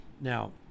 Now